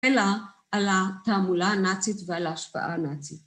אלא על התעמולה הנאצית ועל ההשפעה הנאצית.